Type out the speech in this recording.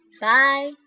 Bye